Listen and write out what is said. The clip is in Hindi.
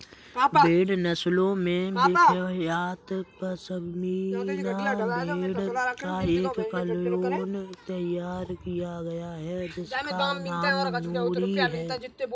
भेड़ नस्लों में विख्यात पश्मीना भेड़ का एक क्लोन तैयार किया गया है जिसका नाम नूरी है